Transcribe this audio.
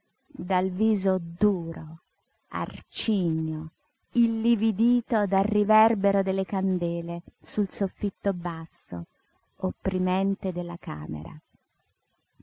dal viso duro arcigno illividito dal riverbero delle candele sul soffitto basso opprimente della camera